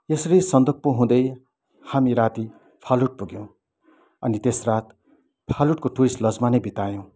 यसरी सन्दकफू हुदैँ हामी राति फालुट पुग्यौँ अनि तेस रात फालुटको टुरिस्ट लजमा नै बितायौँ